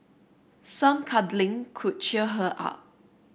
some cuddling could cheer her up